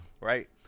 right